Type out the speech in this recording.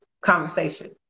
conversation